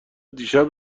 دیشب